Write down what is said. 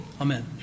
Amen